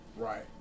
Right